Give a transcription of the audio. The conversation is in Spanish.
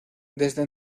desde